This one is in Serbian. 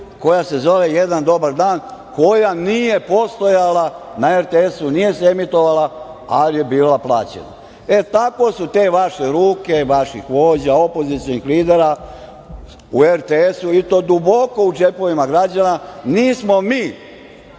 koja se zove "Jedan dobar dan", koja nije postojala na RTS, nije se emitovala, ali je bila plaćena. Tako su te vaše ruke vaših vođa, opozicionih lidera, u RTS-u, i to duboko u džepovima građana. Nismo mi